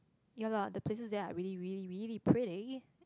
ya lah the places there are really really really pretty